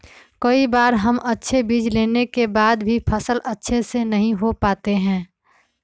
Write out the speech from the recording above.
कई बार हम अच्छे बीज लेने के बाद भी फसल अच्छे से नहीं हो पाते हैं?